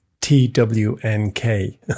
T-W-N-K